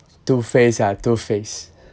two face ah two face